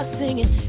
singing